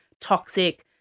toxic